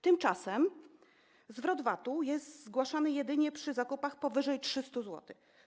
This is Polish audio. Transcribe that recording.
Tymczasem zwrot VAT-u jest zgłaszany jedynie przy zakupach powyżej 300 zł.